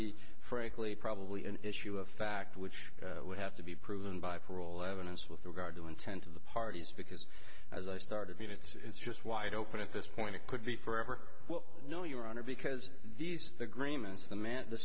be frankly probably an issue of fact which would have to be proven by parole evidence with regard to intent of the parties because as i started you know it's just wide open at this point it could be forever no your honor because these agreements the man t